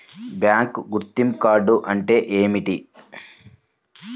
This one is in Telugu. బ్యాంకు గుర్తింపు కార్డు అంటే ఏమిటి?